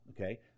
okay